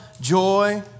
joy